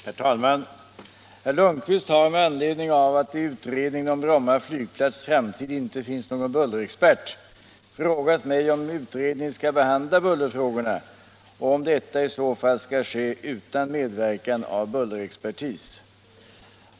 Herr talman! Herr Lundkvist har, med anledning av att det i utredningen om Bromma flygplats framtid inte finns någon bullerexpert, frågat mig om utredningen skall behandla bullerfrågorna och om detta i så fall skall ske utan medverkan av bullerexpertis.